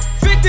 50